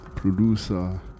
producer